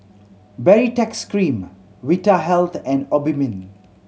Baritex Cream Vitahealth and Obimin